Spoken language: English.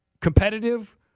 competitive